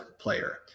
player